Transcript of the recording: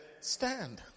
stand